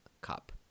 cup